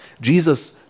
Jesus